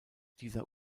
dieser